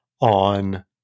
on